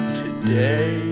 today